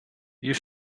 you